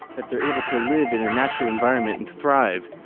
that they're able to live in a natural environment and thrive.